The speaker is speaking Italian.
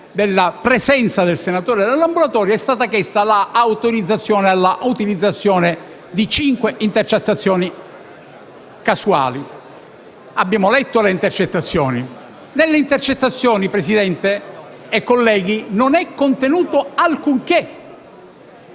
della presenza del senatore nell'ambulatorio, è stata chiesta l'autorizzazione all'utilizzazione di cinque intercettazioni casuali. Abbiamo letto le intercettazioni, nelle quali, signor Presidente e colleghi, non è contenuto alcunché.